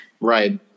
Right